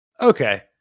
Okay